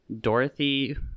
Dorothy